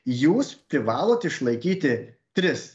jūs privalot išlaikyti tris